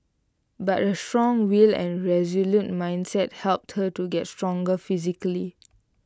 but A strong will and resolute mindset helped her to get stronger physically